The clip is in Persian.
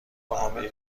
نحوه